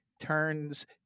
turns